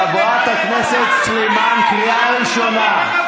חברת הכנסת סלימאן, קריאה ראשונה.